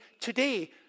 today